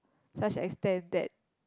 such extent that